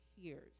hears